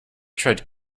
tried